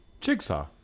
jigsaw